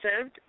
served